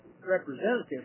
representative